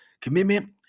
commitment